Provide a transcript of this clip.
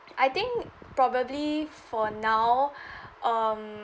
I think probably for now um